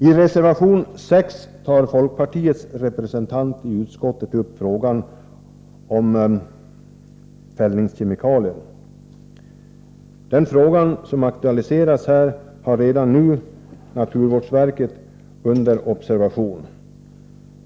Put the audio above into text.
I reservation 6 tar folkpartiets representant i utskottet upp frågan om fällningskemikalier. Det problem som aktualiseras här har naturvårdsverket redan nu under observation.